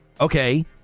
Okay